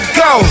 go